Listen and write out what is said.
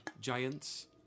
Giants